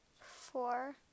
four